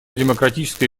демократической